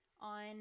on